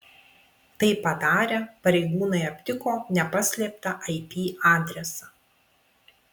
tai padarę pareigūnai aptiko nepaslėptą ip adresą